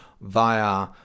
via